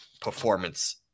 performance